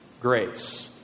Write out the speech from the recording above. grace